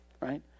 right